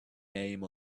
name